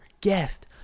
guest